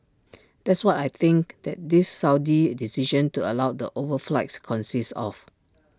that's what I think that this Saudi decision to allow the overflights consists of